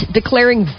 declaring